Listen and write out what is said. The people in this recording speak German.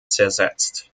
zersetzt